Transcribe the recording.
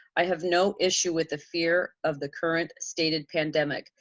i have no issue with the fear of the current stated pandemic.